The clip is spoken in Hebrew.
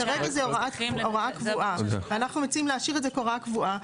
כרגע זו הוראה קבועה ואנחנו מציעים להשאיר את זה כהוראה קבועה.